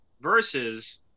versus